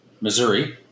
Missouri